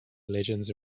legends